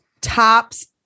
tops